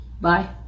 Bye